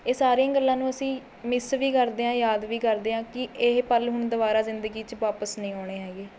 ਇਹ ਸਾਰੀਆਂ ਗੱਲਾਂ ਨੂੰ ਅਸੀਂ ਮਿਸ ਵੀ ਕਰਦੇ ਹਾਂ ਯਾਦ ਵੀ ਕਰਦੇ ਹਾਂ ਕਿ ਇਹ ਪਲ ਹੁਣ ਦੁਬਾਰਾ ਜ਼ਿੰਦਗੀ 'ਚ ਵਾਪਿਸ ਨਹੀਂ ਆਉਣੇ ਹੈਗੇ